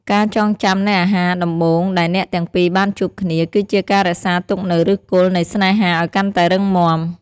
ការចងចាំនូវហាងអាហារដំបូងដែលអ្នកទាំងពីរបានជួបគ្នា គឺជាការរក្សាទុកនូវឫសគល់នៃស្នេហាឱ្យកាន់តែរឹងមាំ។